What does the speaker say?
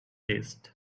taste